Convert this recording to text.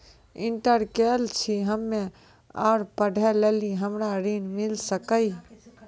Inter केल छी हम्मे और पढ़े लेली हमरा ऋण मिल सकाई?